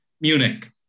Munich